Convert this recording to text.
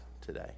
today